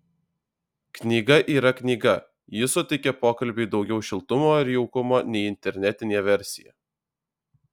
knyga yra knyga ji suteikia pokalbiui daugiau šiltumo ir jaukumo nei internetinė versija